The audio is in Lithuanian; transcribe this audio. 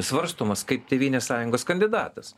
svarstomas kaip tėvynės sąjungos kandidatas